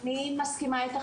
אני מסכימה איתך